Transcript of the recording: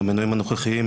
עם המנויים הנוכחיים,